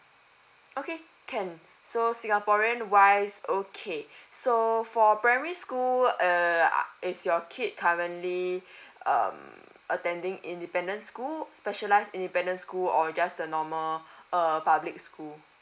okay can so singaporean wise okay so for primary school uh is your kid currently um attending independent school specialize independent school or just the normal err public school